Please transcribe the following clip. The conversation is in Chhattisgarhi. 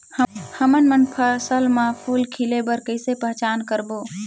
हमन मन फसल म फूल खिले बर किसे पहचान करबो?